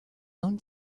own